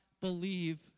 believe